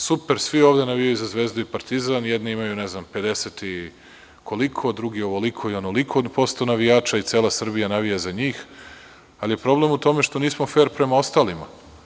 Super, svi ovde navijaju za Zvezdu i Partizan, jedni imaju pedeset i koliko, drugi ovoliko i onoliko posto navijača i cela Srbija navija za njih, ali je problem u tome što nismo fer prema ostalima.